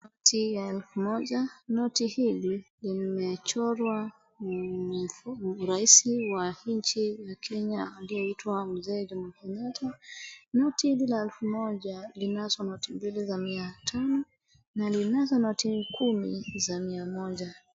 Noti ya elfu moja. Noti hili limechorwa rais wa nchi ya Kenya aliyeitwa Mzee Jomo Kenyatta. Noti hili la elfu moja linazo noti mbili za miatano na linazo noti kumi za mia moja.